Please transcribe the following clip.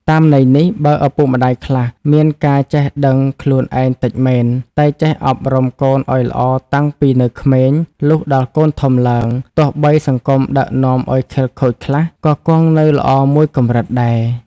តាមន័យនេះ បើឪពុកម្ដាយខ្លះ មានការចេះដឹងខ្លួនឯងតិចមែន តែចេះអប់រំកូនឲ្យល្អតាំងពីនៅក្មេង លុះដល់កូនធំឡើង ទោះបីសង្គមដឹកនាំឲ្យខិលខូចខ្លះ ក៏គង់នៅល្អមួយកម្រិតដែរ ។